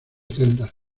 celdas